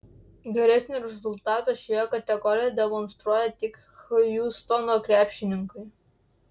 geresnį rezultatą šioje kategorijoje demonstruoja tik hjustono krepšininkai